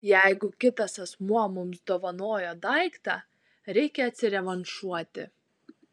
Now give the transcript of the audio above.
jeigu kitas asmuo mums dovanojo daiktą reikia atsirevanšuoti